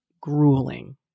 grueling